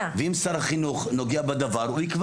אם שר החינוך נוגע בדבר, הוא יקבע.